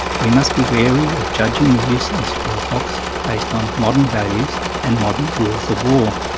we must be wary of judging the use of smallpox based on modern values and modern rules of war.